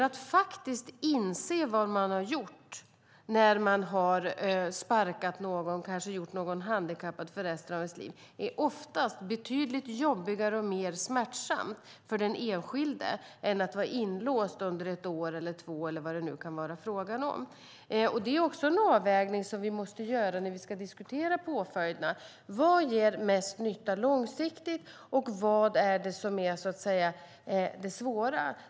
Att faktiskt inse vad man gjort när man sparkat någon, kanske gjort någon handikappad för resten av livet, är oftast betydligt jobbigare och mer smärtsamt för den enskilde än att vara inlåst under ett år eller två, eller vad det nu kan vara fråga om. En avvägning som vi måste göra när vi diskuterar påföljderna är: Vad gör mest nytta långsiktigt? Vad är det svåra?